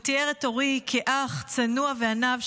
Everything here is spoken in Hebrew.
הוא תיאר את אורי כאח צנוע ועניו,